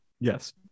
yes